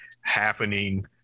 happening